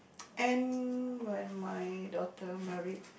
and when my daughter married